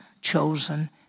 chosen